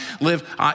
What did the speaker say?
live